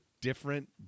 different